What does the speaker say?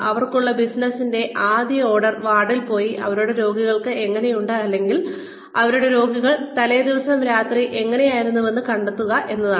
അവർക്കുള്ള ബിസിനസ്സിന്റെ ആദ്യ ഓർഡർ വാർഡിൽ പോയി അവരുടെ രോഗികൾക്ക് എങ്ങനെയുണ്ട് അല്ലെങ്കിൽ അവരുടെ രോഗികൾ തലേദിവസം രാത്രി എങ്ങനെയായിരുന്നുവെന്ന് കണ്ടെത്തുക എന്നതാണ്